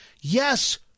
yes